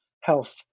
health